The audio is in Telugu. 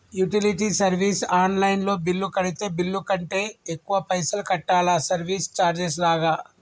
యుటిలిటీ సర్వీస్ ఆన్ లైన్ లో బిల్లు కడితే బిల్లు కంటే ఎక్కువ పైసల్ కట్టాలా సర్వీస్ చార్జెస్ లాగా?